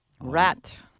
Rat